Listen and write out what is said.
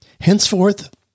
Henceforth